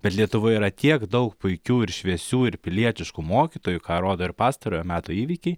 bet lietuvoje yra tiek daug puikių ir šviesių ir pilietiškų mokytojų ką rodo ir pastarojo meto įvykiai